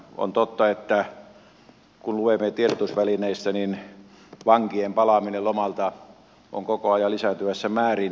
on totta kun luemme tiedotusvälineistä että vankien lomalta palaamatta jättäminen on koko ajan lisääntymään päin